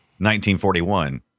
1941